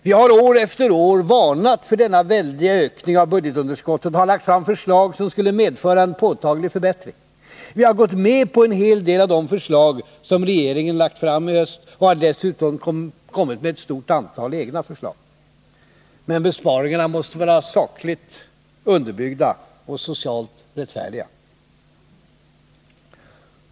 Vi har, för det fjärde, år efter år varnat för denna väldiga ökning av budgetunderskottet och har lagt fram förslag som skulle medföra en påtaglig förbättring. Vi har gått med på en hel del av de förslag som regeringen lagt fram i höst och har dessutom kommit med ett stort antal egna förslag. Men besparingarna måste vara sakligt underbyggda och socialt rättfärdiga.